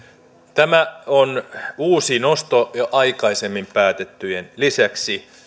tämä on uusi nosto jo aikaisemmin päätettyjen lisäksi